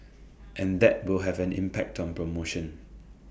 and that will have an impact on promotion